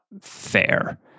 fair